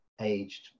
aged